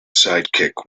sidekick